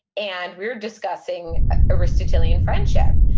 and we were discussing aristotelian friendship,